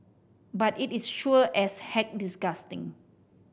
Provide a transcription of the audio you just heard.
but it is sure as heck disgusting